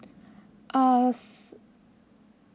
uh